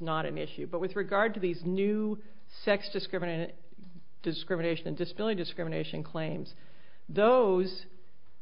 not an issue but with regard to these new sex discrimination discrimination and disability discrimination claims those